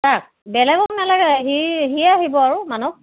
কাক বেলেগক নালাগে সি সিয়ে আহিব আৰু মানস